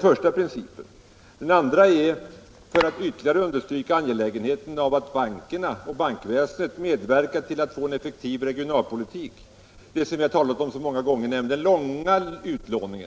För det andra vill vi ytterligare understryka angelägenheten av att bankväsendet medverkar till en effektiv regionalpolitik genom att ge de mindre företagen bättre möjligheter till långa lån.